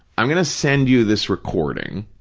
i'm going to send you this recording